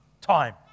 time